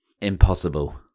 Impossible